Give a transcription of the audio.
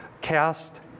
Cast